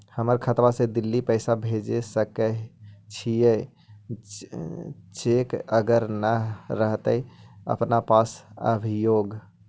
हमर खाता से दिल्ली पैसा भेज सकै छियै चेक अगर नय रहतै अपना पास अभियोग?